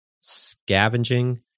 scavenging